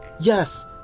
Yes